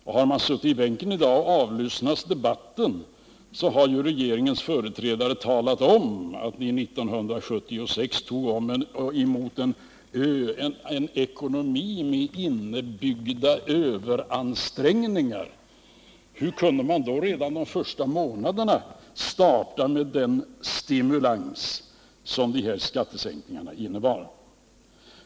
Och har man suttit i bänken i dag och avlyssnat debatten har man ju hört att regeringens företrädare talat om, att ni 1976 tog emot en ekonomi med inbyggda överansträngningar. Hur kunde man då redan de första månaderna starta med den stimulans som de här skattesänkningarna innebar?